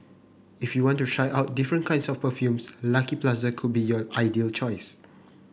if you want to try out different kinds of perfumes Lucky Plaza could be your ideal choice